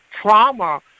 trauma